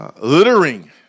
Littering